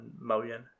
million